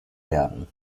werden